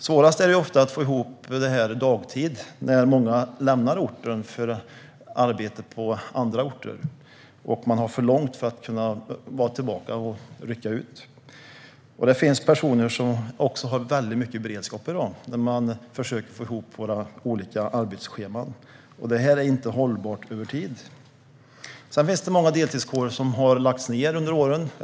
Svårast är det att få ihop det dagtid då många lämnar orten för arbete på andra orter och har för långt för att hinna tillbaka och rycka ut. Det finns också personer som har väldigt mycket beredskap när de försöker få ihop sina olika arbetsscheman, och det är inte hållbart över tid. Många deltidskårer har lagts ned under åren.